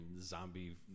zombie